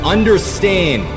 Understand